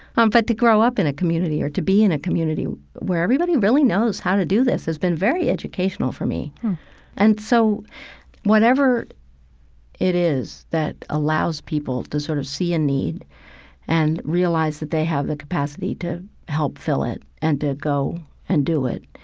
um but to grow up in a community or to be in a community where everybody really knows how to do this has been very educational for me and so whatever it is that allows people to sort of see a need and realize that they have the capacity to help fill it and to go and do it,